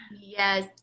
yes